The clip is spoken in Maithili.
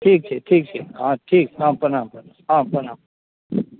ठीक छै ठीक छै हँ ठीक प्रणाम प्रणाम हँ प्रणाम